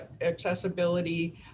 accessibility